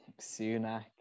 Sunak